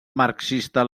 marxista